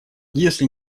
если